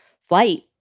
flight